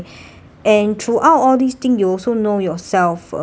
and throughout all these thing you also know yourself uh